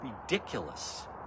Ridiculous